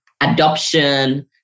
adoption